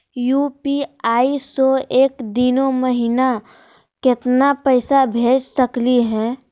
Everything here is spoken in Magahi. यू.पी.आई स एक दिनो महिना केतना पैसा भेज सकली हे?